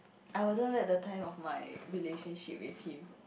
I wan't the time of my relationship with him